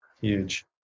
huge